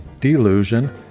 delusion